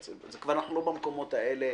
אז אנחנו כבר לא במקומות האלה,